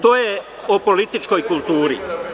To je o političkoj kulturi.